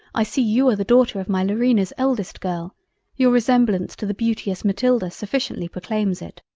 i see you are the daughter of my laurina's eldest girl your resemblance to the beauteous matilda sufficiently proclaims it.